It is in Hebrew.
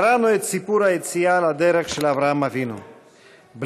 קראנו את סיפור היציאה של אברהם אבינו לדרך,